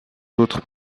autres